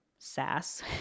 sass